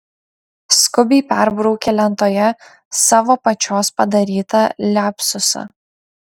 skubiai perbraukė lentoje savo pačios padarytą liapsusą